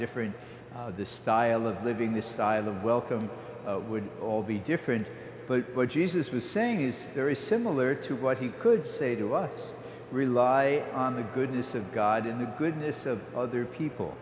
differ in the style of living this style of welcome would all be different but what jesus was saying is very similar to what he could say to us rely on the goodness of god in the goodness of other people